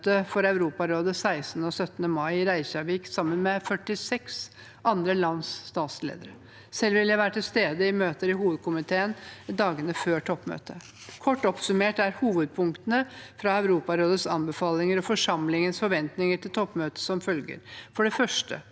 for Europarådet 16. og 17. mai i Reykjavik sammen med 46 andre lands statsledere. Selv vil jeg være til stede i møter i hovedkomiteen i dagene før toppmøtet. Kort oppsummert er hovedpunktene fra Europarådets anbefalinger og forsamlingens forventinger til toppmøtet som følger: For det første: